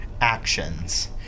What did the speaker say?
actions